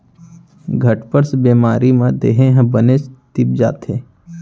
घटसर्प बेमारी म देहे ह बनेच तीप जाथे